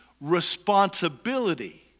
responsibility